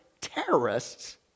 terrorists